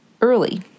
early